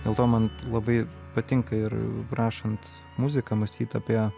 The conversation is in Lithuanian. dėl to man labai patinka ir rašant muziką mąstyt apie